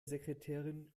sekretärin